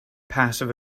passive